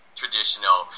traditional